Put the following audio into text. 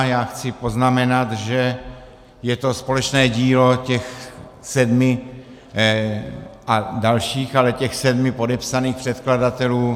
Já chci poznamenat, že je to společné dílo těch sedmi a dalších, ale těch sedmi podepsaných předkladatelů.